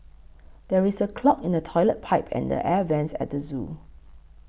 there is a clog in the Toilet Pipe and the Air Vents at the zoo